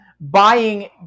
buying